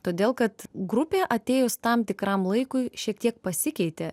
todėl kad grupė atėjus tam tikram laikui šiek tiek pasikeitė